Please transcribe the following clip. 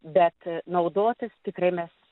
bet naudotis tikrai mes